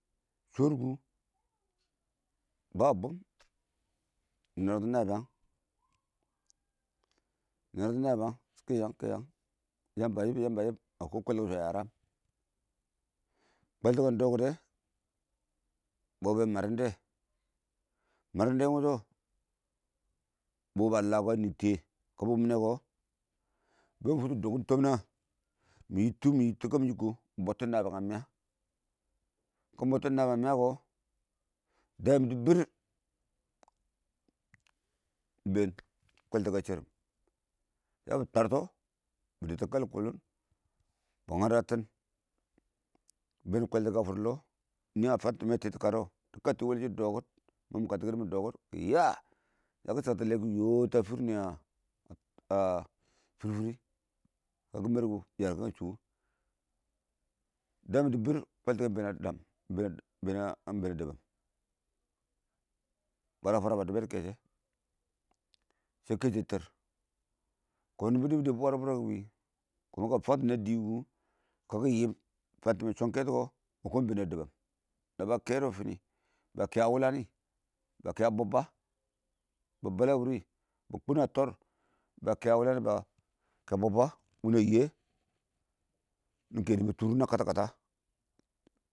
kəshɪ ə bwɛl shɔr kʊ bə bʊm mɪ nɛtʊ nə bɪyəng kɔ yəng kɪ yəng yəmbə ə yɪb ə yɪb mə kɔɔ kwɛltɪkɛ wɔ ə yərəm kwɛlkɪdɛn dɔ kɔ dɛ bɔbbɛ mərɪhdɛ mərɪdɛ ɪng wʊshɔ, bɪ wʊb ə ləkɔ dɪ nɪn tɪyɛ kəmɪ wʊb mɪ nɛ kɔ bɛ bə yɪb dɪ dɔkɔn tɔm nə bɪ bɔttɪ shɪm nə bɪyəng ə mɪyə kə bɪ bɔttɪ shɪ na bəyang ə mɪyə kɔ dəə yɪdɪ bɪr ɪng bɛɛn kwɛltɪ kɛ ə shərɪm yə bɪ tər, tɔ bɪ dɛbtʊ kəl kʊtɔn bɪ ngədətɪn bɛɛn kwəltɪkɛ ə nɪbʊm lɔ fən tɪmɛ dɪ tɪtɔ kədɔ dɪkəntɪn wəlɪ sɪ dɔkɪd mɔ kɪdɪ mɪ kəntɪn shɪ dɔ kɪd yə kɪ shəng tɪn lɛ kɪ yɔɔtə fɪrɪ nɪ tɔɔn shɪn ə fɪr-fɪr kəbɪ mərɪ kʊ bɪ yər kən kɪɪm chʊkʊ dəəm yɪdɪbɪr kwɛltɪ kɛ bɛɛn nə dəm ə dɛbɪ, bwərə fʊrə bə dʊbbɛ dʊ kɔshɪ shɔ kɛshɛ tər kɔn nɪbɔ dɛbɪ fwərə fʊrə kɛ ɪng wɪɪ kə kɪ fəntɔ nɪ ə dɪ wɪɪ kə kɪ fənkwɪ fəng tɪm mɪ chɔm kɛtɔ bɛɛn nə dɛbɛm nəbə kɛdʊ fɔnɪ bə a wʊlənɪ bə kɛ ə bɔlbwə bə bəllə wʊrɪ bə kʊn nə tɔr bə wʊlənɪ bə kɛ ə bɔlbwə wɪnɪ ə yɛ nɪ kə nɪbə tʊrʊl nən kətək-kətək.